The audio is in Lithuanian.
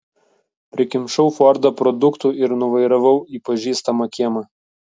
prikimšau fordą produktų ir nuvairavau į pažįstamą kiemą